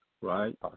right